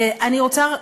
תודה.